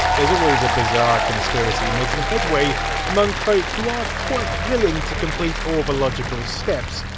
there's always a bizarre conspiracy making headway among folk who aren't quite willing to complete all the logical steps.